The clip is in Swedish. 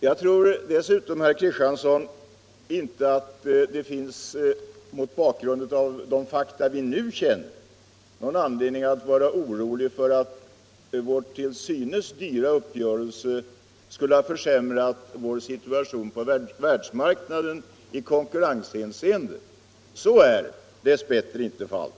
Jag tror dessutom inte, herr Kristiansson, att det — mot bakgrund av de fakta vi nu känner — finns någon anledning att vara orolig för att vår till synes dyra uppgörelse skall ha försämrat vår situation på världsmarknaden i konkurrenshänseende. Så är dess bättre inte fallet.